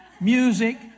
music